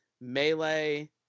melee